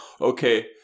okay